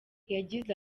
yagize